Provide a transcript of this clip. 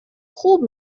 خوب